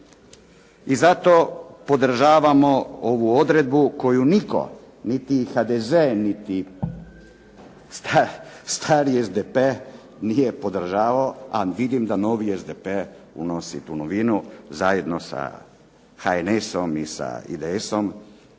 Zato podržavamo ovu odredbu koju nitko niti HDZ niti stari SDP nije podržavao, a vidim da novi SDP uvodi tu novinu zajedno sa HNS-om i sa IDS-om